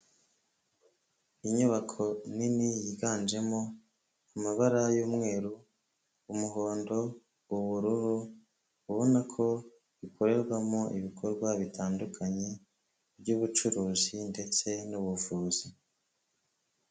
Inyubako nini yiganjemo amabara y'umweru, umuhondo, ubururu. Ubona ko ikorerwamo ibikorwa bitandukanye by'ubucuruzi ndetse n'ubuvuzi.